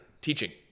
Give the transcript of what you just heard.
teaching